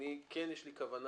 יש לי כוונה